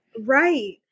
Right